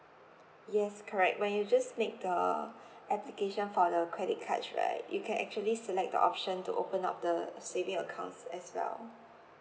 yes correct when you just make the application for the credit cards right you can actually select the option to open up the saving account as well